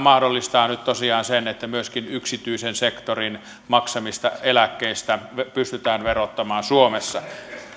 mahdollistaa nyt tosiaan sen että myöskin yksityisen sektorin maksamista eläkkeistä pystytään verottamaan suomessa